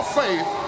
faith